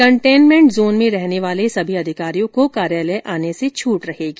containment zone में रहने वाले सभी अधिकारियों को कार्यालय आने से छूट रहेगी